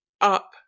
up